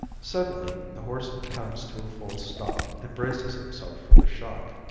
suddenly the horse comes to a full stop and braces himself for the shock.